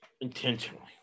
intentionally